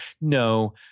no